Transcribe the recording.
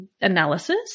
analysis